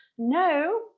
No